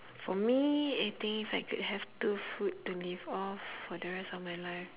for me eating if I could have two food to live off for the rest of my life